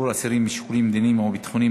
אסירים משיקולים מדיניים או ביטחוניים),